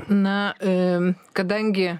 na em kadangi